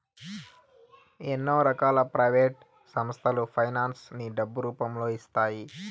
ఎన్నో రకాల ప్రైవేట్ సంస్థలు ఫైనాన్స్ ని డబ్బు రూపంలో ఇస్తాయి